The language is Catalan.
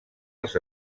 els